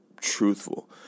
truthful